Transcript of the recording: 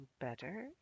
better